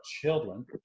children